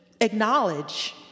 acknowledge